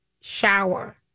shower